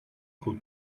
cul